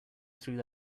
through